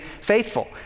faithful